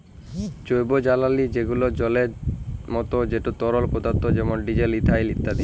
জৈবজালালী যেগলা জলের মত যেট তরল পদাথ্থ যেমল ডিজেল, ইথালল ইত্যাদি